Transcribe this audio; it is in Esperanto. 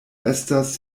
estas